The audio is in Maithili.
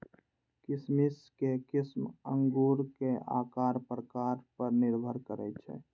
किशमिश के किस्म अंगूरक आकार प्रकार पर निर्भर करै छै